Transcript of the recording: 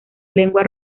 lengua